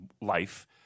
life